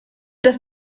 das